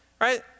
right